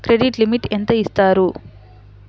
Credit limit ఎంత ఇస్తారు?